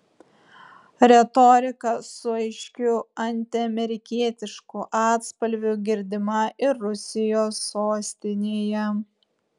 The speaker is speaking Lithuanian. retorika su aiškiu antiamerikietišku atspalviu girdima ir rusijos sostinėje